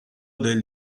del